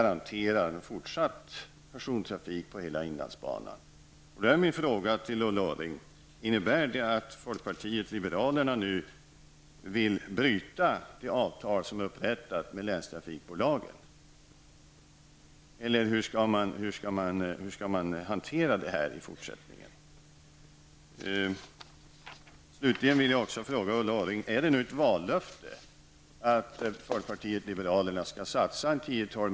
Min fråga till Ulla Orring är: Innebär detta att folkpartiet liberalerna nu vill bryta det avtal som är upprättat med länstrafikbolagen? Hur skall man hantera detta i fortsättningen?